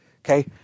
Okay